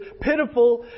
pitiful